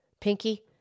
Pinky